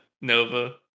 Nova